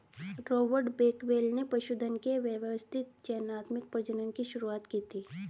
Robert Bakewell ने पशुधन के व्यवस्थित चयनात्मक प्रजनन की शुरुआत की थी